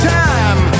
time